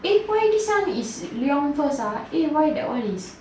eh why this one is leong first ah eh why that one is